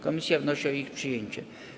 Komisja wnosi o ich przyjęcie.